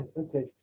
okay